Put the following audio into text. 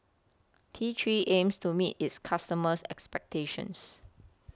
T three aims to meet its customers' expectations